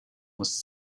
was